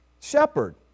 Shepherd